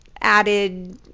added